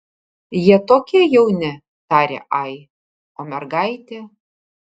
jie tokie jauni tarė ai o mergaitė